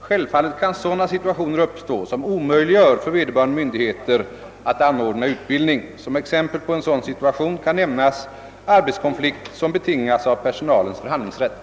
Självfallet kan sådana situationer uppstå som omöjliggör för .vederbörande myndigheter: att anordna utbildning. Som exempel på en sådan situation kan nämnas arbetskonflikt som betingas av personalens förhandlingsrätt.